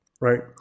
right